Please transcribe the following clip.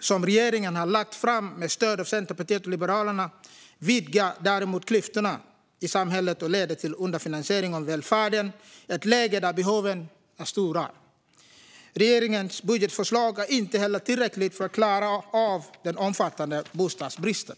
som regeringen har lagt fram med stöd av Centerpartiet och Liberalerna vidgar däremot klyftorna i samhället och leder till underfinansiering av välfärden i ett läge där behoven är stora. Regeringens budgetförslag är inte heller tillräckligt för att klara av den omfattande bostadsbristen.